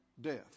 death